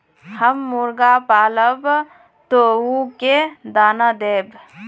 हम मुर्गा पालव तो उ के दाना देव?